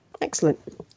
Excellent